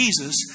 Jesus